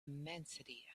immensity